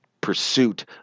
pursuit